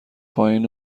پایین